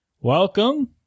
Welcome